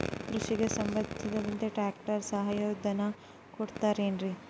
ಕೃಷಿಗೆ ಸಂಬಂಧಿಸಿದಂತೆ ಟ್ರ್ಯಾಕ್ಟರ್ ಸಹಾಯಧನ ಕೊಡುತ್ತಾರೆ ಏನ್ರಿ?